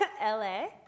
LA